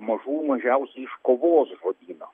mažų mažiausiai iš kovos žodyno